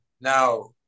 Now